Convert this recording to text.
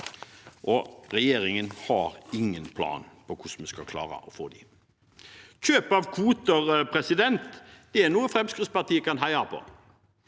regjeringen har ingen plan for hvordan vi skal klare å få dem. Kjøp av kvoter er noe Fremskrittspartiet kan heie på.